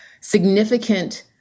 significant